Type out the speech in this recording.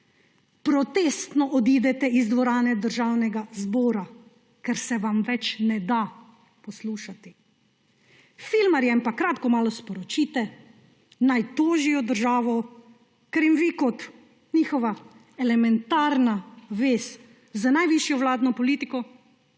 Protestno odidete iz dvorane Državnega zbora, ker se vam več ne da poslušati. Filmarjem pa kratko malo sporočite, naj tožijo državo, ker jim vi kot njihova elementarna vez z najvišjo vladno politiko